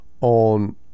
on